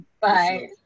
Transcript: Bye